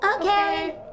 Okay